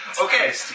Okay